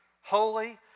holy